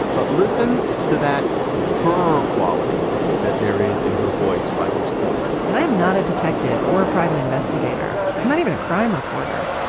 but listen to that br quality that there is in her voice by this point and i am not a detective or a private investigator, not even a crime reporter.